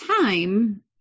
time